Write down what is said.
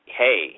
hey